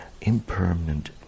impermanent